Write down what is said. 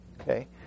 okay